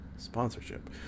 sponsorship